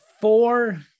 four